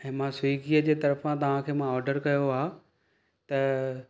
ऐं मां स्विगीअ जे तरफ़ा तव्हांखे मां ऑर्डर कयो आहे त